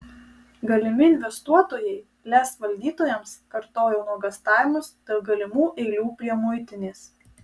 galimi investuotojai lez valdytojams kartojo nuogąstavimus dėl galimų eilių prie muitinės